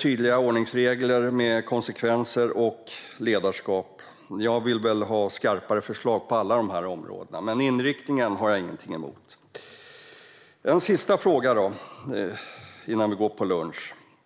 tydligare ordningsregler med konsekvenser samt ledarskap. Jag vill ha skarpare förslag på alla dessa områden. Men inriktningen har jag ingenting emot. Jag har en sista fråga innan vi går på lunch.